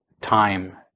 time